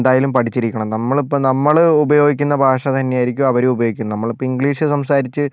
എന്തായാലും പഠിച്ചിരിക്കണം നമ്മളിപ്പം നമ്മൾ ഉപയോഗിക്കുന്ന ഭാഷ തന്നെയായിരിക്കും അവരും ഉപയോഗിക്കുന്നത് നമ്മളിപ്പോൾ ഇംഗ്ലീഷ് സംസാരിച്ച്